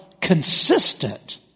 consistent